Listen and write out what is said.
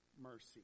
mercy